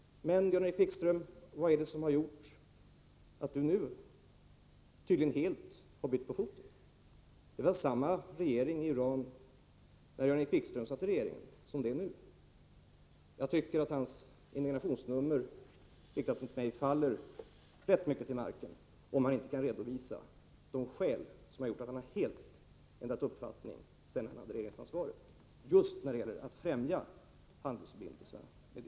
Men, Jan-Erik Wikström, vad är det som har gjort att du nu tydligen helt har bytt fot? Det var samma regering i Iran när Jan-Erik Wikström satt i regeringen som det är nu. Jag tycker att hans indignationsnummer, riktat mot mig, faller platt till marken om han inte kan redovisa de skäl som har gjort att han helt ändrat uppfattning just när det gäller att främja handelsförbindelser med Iran sedan han var med om att ha regeringsansvaret.